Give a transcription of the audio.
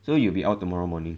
so you will be out tomorrow morning